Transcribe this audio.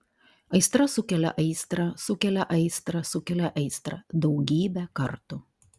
aistra sukelia aistrą sukelia aistrą sukelia aistrą daugybę kartų